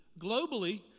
globally